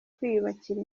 kwiyubakira